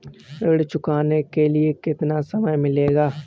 ऋण चुकाने के लिए कितना समय मिलेगा?